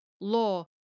law